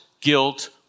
guilt